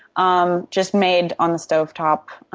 um just made on the stove top.